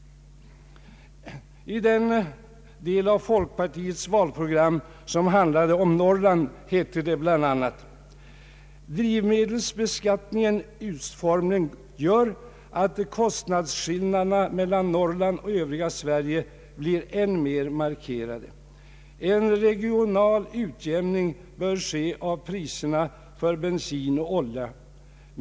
I den del av folkpartiets valprogram som handlar om Norrland heter det bl.a.: ”Drivmedelsbeskattningens utformning gör att kostnadsskillnaderna mellan Norrland och övriga Sverige blir än mer markerade. En regional utjämning bör ske av priserna för bensin och olja.